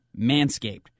manscaped